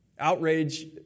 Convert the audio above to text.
Outrage